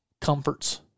comforts